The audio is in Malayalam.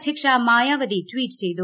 അധ്യക്ഷ മായാവതി ട്വീറ്റ് ചെയ്തു